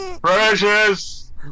Precious